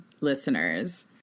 listeners